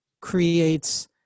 creates